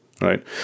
right